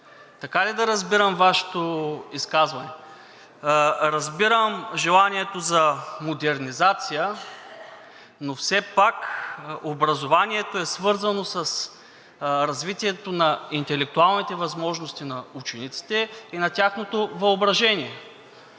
Така ли да разбирам Вашето изказване? Разбирам желанието за модернизация, но все пак образованието е свързано с развитието на интелектуалните възможности на учениците и на тяхното въображение.